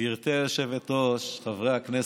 גברתי היושבת-ראש, חברי הכנסת,